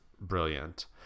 brilliant